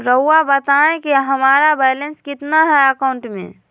रहुआ बताएं कि हमारा बैलेंस कितना है अकाउंट में?